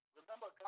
remember